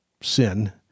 sin